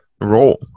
role